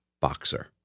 boxer